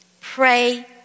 Pray